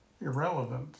irrelevant